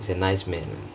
he's a nice man